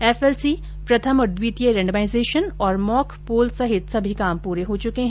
FLC प्रथम और द्वितीय रेंडमाइजेशन और मॉक पोल सहित सभी काम पूरे हो चुके हैं